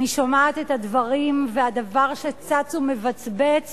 אני שומעת את הדברים, והדבר שצץ ומבצבץ